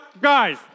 guys